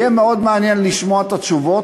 יהיה מאוד מעניין לשמוע את התשובות,